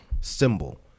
symbol